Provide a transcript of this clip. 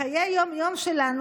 בחיי היום-יום שלנו,